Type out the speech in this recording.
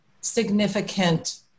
significant